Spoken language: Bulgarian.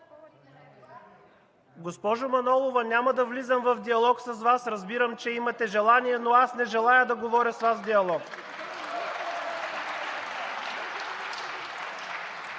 Госпожо Манолова, няма да влизам в диалог с Вас, разбирам, че имате желание, но аз не желая да водя с Вас диалог.